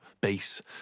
bass